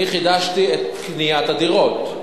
אני חידשתי את קניית הדירות.